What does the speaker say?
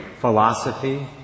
philosophy